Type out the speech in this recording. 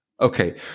Okay